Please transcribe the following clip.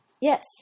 Yes